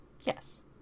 Yes